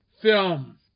film